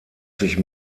sich